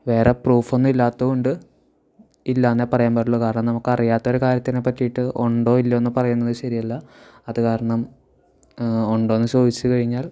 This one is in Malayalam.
വേറെ പ്രൂഫ് ഒന്നുമില്ലാത്തതു കൊണ്ട് ഇല്ല എന്നേ പറയാൻ പറ്റുള്ളു കാരണം നമുക്ക് അറിയാത്തൊരു കാര്യത്തിനെ പറ്റിയിട്ട് ഉണ്ടോ ഇല്ലയെന്നു പറയുന്നത് ശരിയല്ല അതു കാരണം ഉണ്ടോയെന്നു ചോദിച്ചു കഴിഞ്ഞാൽ